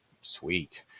sweet